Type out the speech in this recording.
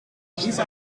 isa